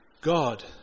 God